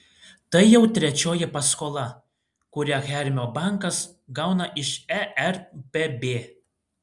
tai jau trečioji paskola kurią hermio bankas gauna iš erpb